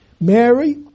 Mary